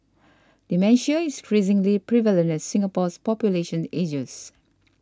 dementia is increasingly prevalent as Singapore's population ages